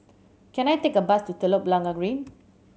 can I take a bus to Telok Blangah Green